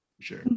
sure